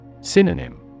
Synonym